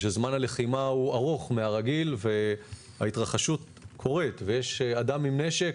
שזמן הלחימה הוא ארוך מהרגיל וההתרחשות קורית ויש אדם עם נשק,